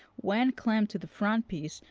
when clamped to the front piece,